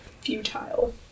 futile